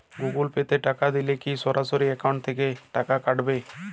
Google Pay তে টাকা দিলে কি সরাসরি অ্যাকাউন্ট থেকে টাকা কাটাবে?